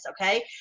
Okay